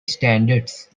standards